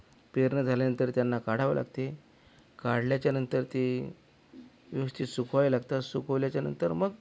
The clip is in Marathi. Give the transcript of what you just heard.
पेरण्या झाल्यानंतर त्यांना काढावं लागते काढल्याच्यानंतर ती व्यवस्थित सुकवावी लागतात सुकवल्याच्यानंतर मग